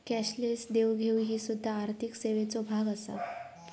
cashless देवघेव ही सुध्दा आर्थिक सेवेचो भाग आसा